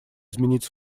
изменить